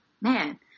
man